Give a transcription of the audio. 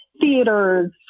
theaters